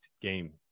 game